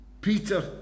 Peter